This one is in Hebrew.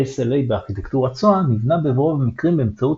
ה-SLA בארכיטקטורת SOA נבנה ברוב המקרים באמצעות